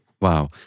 Wow